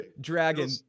dragon